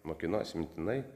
mokinuosi mintinai